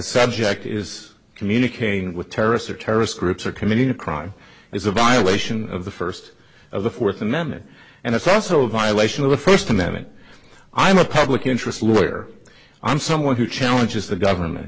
subject is communicating with terrorists or terrorist groups or committing a crime is a violation of the first of the fourth amendment and it's also a violation of the first amendment i am a public interest lawyer i'm someone who challenges the government